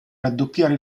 raddoppiare